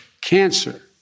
cancer